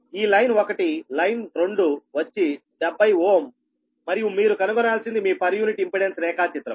ఈ లైన్ 1లైన్ 2 వచ్చి 70 Ω మరియు మీరు కనుగొనాల్సిoది మీ పర్ యూనిట్ ఇంపెడెన్స్ రేఖాచిత్రం